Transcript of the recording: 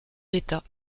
l’état